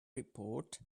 report